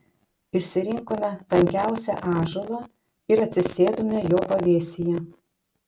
išsirinkome tankiausią ąžuolą ir atsisėdome jo pavėsyje